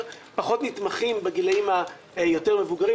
פחות מתמחים בגילאים היותר מבוגרים.